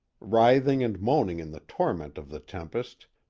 writhing and moaning in the torment of the tempest,